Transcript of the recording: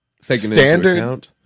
standard